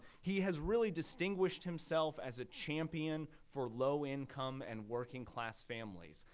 he has really distinguished himself as a champion for low-income and working class families,